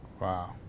Wow